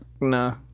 No